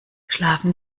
schlafen